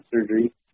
surgery